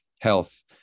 health